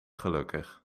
gelukkig